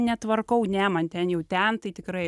netvarkau ne man ten jau ten tai tikrai